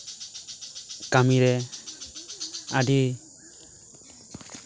ᱠᱟᱹᱢᱤᱨᱮ ᱟᱹᱰᱤ